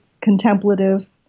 contemplative